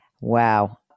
Wow